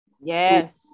Yes